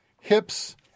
hips